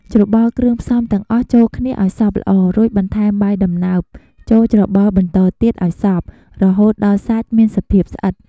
ច្របល់គ្រឿងផ្សំទាំងអស់ចូលគ្នាឱ្យសព្វល្អ រួចបន្ថែមបាយដំណើប ចូលច្របល់បន្តទៀតឱ្យសព្វ រហូតដល់សាច់មានសភាពស្អិត។